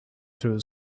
through